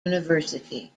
university